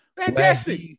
Fantastic